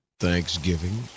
Thanksgiving